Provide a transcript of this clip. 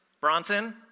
Bronson